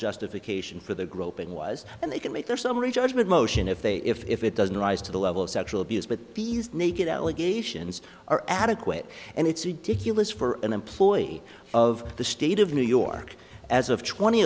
justification for the groping was and they can make their summary judgment motion if they if it doesn't rise to the level of sexual abuse but these naked allegations are adequate and it's ridiculous for an employee of the state of new york as of twenty